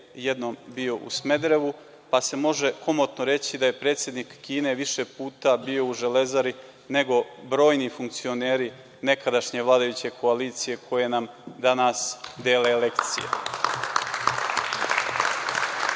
jednom bio u Smederevu, pa se može komotno reći da je predsednik Kine više puta bio u „Železari“ nego brojni funkcioneri nekadašnje vladajuće koalicije koji nam danas dele